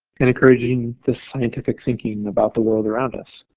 and encouraging the scientific thinking about the world around us.